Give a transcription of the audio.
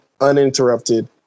uninterrupted